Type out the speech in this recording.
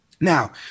Now